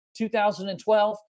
2012